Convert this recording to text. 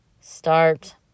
start